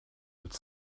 would